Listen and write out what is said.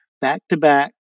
back-to-back